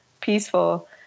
peaceful